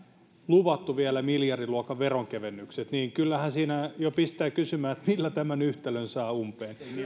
luvattu vielä miljardiluokan veronkevennykset niin kyllähän se jo pistää kysymään että millä tämän yhtälön saa umpeen